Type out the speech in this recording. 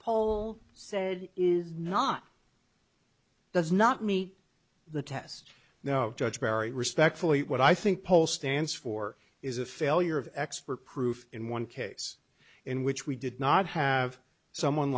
paul said is not does not meet the test now judge perry respectfully what i think poll stands for is a failure of expert proof in one case in which we did not have someone